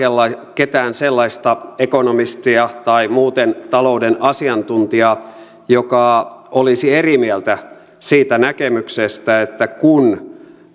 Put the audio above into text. ketään sellaista ekonomistia tai muuten talouden asiantuntijaa joka olisi eri mieltä siitä näkemyksestä että kun